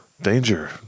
Danger